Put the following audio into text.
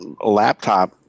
laptop